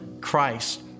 Christ